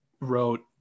wrote